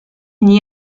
n’y